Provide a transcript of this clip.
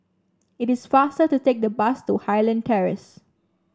it is faster to take the bus to Highland Terrace